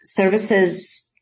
services